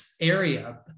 area